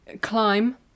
Climb